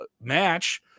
match